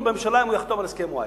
בממשלה אם הוא יחתום על הסכם-וואי.